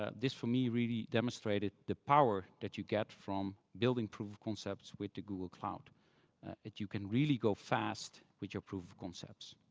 ah this, for me, really demonstrated the power that you get from building proof of concepts with the google cloud, that you can really go fast with your proof of concepts.